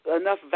enough